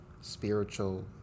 spiritual